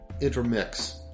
intermix